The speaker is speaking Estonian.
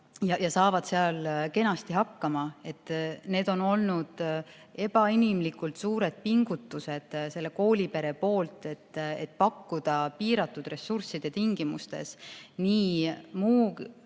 ja saavad seal kenasti hakkama. Need on olnud ebainimlikult suured pingutused selle koolipere poolt, et pakkuda piiratud ressursside tingimustes nii muu